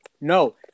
No